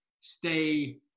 stay